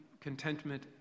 contentment